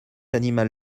animal